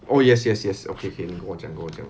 oh yes yes yes okay okay 跟我讲